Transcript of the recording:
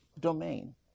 domain